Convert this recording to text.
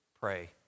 pray